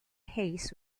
hayes